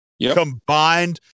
Combined